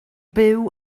byw